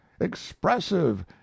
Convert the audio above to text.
expressive